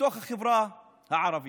בתוך החברה הערבית.